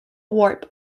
warp